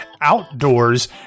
outdoors